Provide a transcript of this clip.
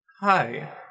Hi